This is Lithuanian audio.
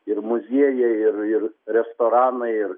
ir muziejai ir ir restoranai ir